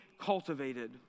cultivated